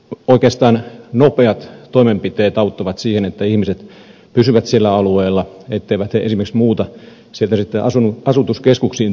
oikeastaan nopeat toimenpiteet auttavat siihen että ihmiset pysyvät siellä alueella etteivät he esimerkiksi muuta sieltä sitten asutuskeskuksiin työttömiksi